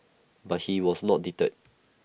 but he was not deterred